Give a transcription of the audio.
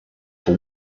for